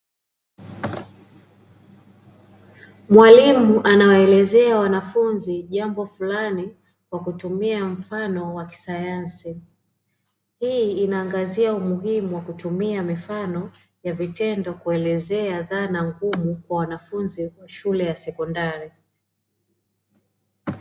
Mwalimu anawaelezea wanafunzi jambo fulani kwa kutumia mfano wa kisayasi, hii ikaangazia umuhimu wa kutumia mifano ya vitendo kuelezea dhana kwa wanafunzi wa shule ya sekondari.